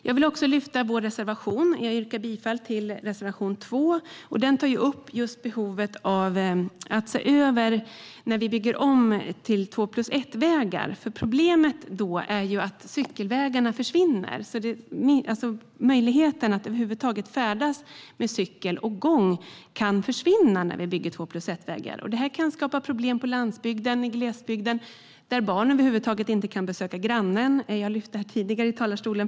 Jag vill också lyfta fram vår reservation. Jag yrkar bifall till reservation 2. I den tar vi upp behovet av att se över hur man gör när man bygger om till två-plus-ett-vägar. Problemet är att cykelvägarna försvinner då. Möjligheten att över huvud taget färdas med cykel eller att gå kan försvinna när två-plus-ett-vägar byggs. Det kan skapa problem på landsbygden där barnen inte ens kan besöka grannen. Jag har lyft fram det här tidigare i talarstolen.